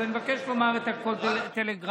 אני מבקש לומר את הכול טלגרפית.